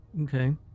okay